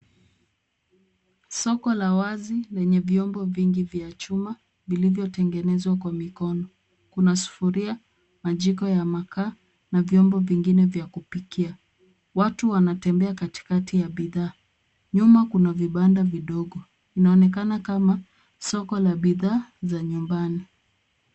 Soko la wazi lenye vyombo vingi vya chuma vilivyotengenezwa kwa mikono ,kuna sufuria majiko ya makaa na vyombo vingine vya kupikia ,watu wanatembea katikati ya bidhaa nyuma kuna vibanda vidogo vinaonekana kama soko la bidhaa za nyumbani.